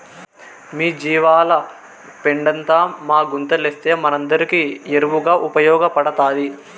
మీ జీవాల పెండంతా మా గుంతలేస్తే మనందరికీ ఎరువుగా ఉపయోగపడతాది